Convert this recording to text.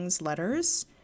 letters